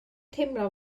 teimlo